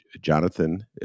Jonathan